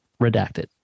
Redacted